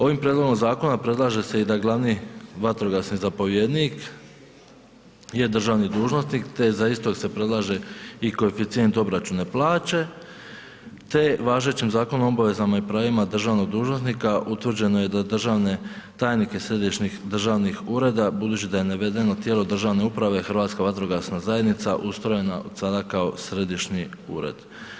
Ovime prijedlogom zakona predlaže se i da glavni vatrogasni zapovjednik je državni dužnosnik te za istog se predlaže i koeficijent obračuna plaće te važećim Zakonom o obvezama i pravima državnih dužnosnika utvrđeno je da državne tajnike središnjih državnih ureda budući da je navedeno tijelo državne uprave Hrvatska vatrogasna zajednica, ustrojena od sada kao središnji ured.